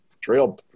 trail